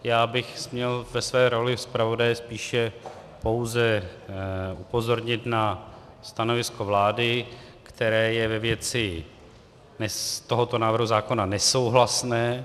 Já bych měl ve své roli zpravodaje spíše pouze upozornit na stanovisko vlády, které je ve věci tohoto návrhu zákona nesouhlasné.